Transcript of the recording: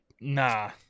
nah